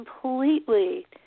completely